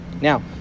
Now